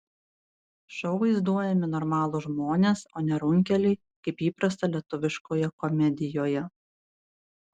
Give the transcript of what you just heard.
šou vaizduojami normalūs žmonės o ne runkeliai kaip įprasta lietuviškoje komedijoje